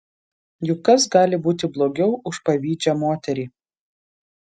juk kas gali būti blogiau už pavydžią moterį